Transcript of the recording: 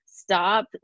Stop